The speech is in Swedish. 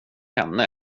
henne